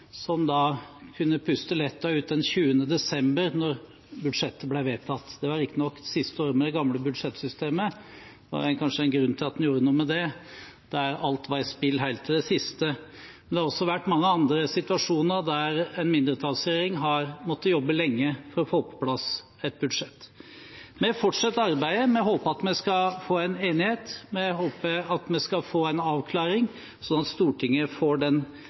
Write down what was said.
desember da budsjettet ble vedtatt. Det var riktignok siste året med det gamle budsjettsystemet, og det var kanskje en grunn til at en gjorde noe med det, der alt var i spill helt til det siste. Det har også vært mange andre situasjoner der en mindretallsregjering har måttet jobbe lenge for å få på plass et budsjett. Vi fortsetter arbeidet. Vi håper at vi skal få en enighet. Vi håper at vi skal få en avklaring, sånn at Stortinget får den